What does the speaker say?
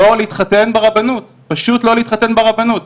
לא להתחתן ברבנות, פשוט לא להתחתן ברבנות.